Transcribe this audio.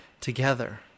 together